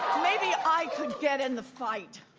maybe i could get in the fight